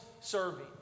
serving